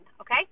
okay